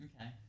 Okay